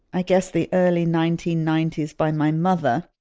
i guess, the early nineteen ninety s by my mother.